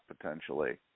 potentially